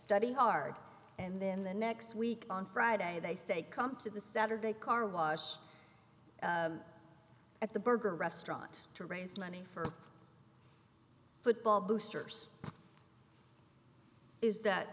study hard and then the next week on friday they say come to the center of a car wash at the burger restaurant to raise money for football boosters is that